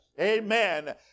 Amen